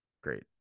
great